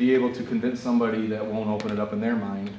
be able to convince somebody that will open up in their mind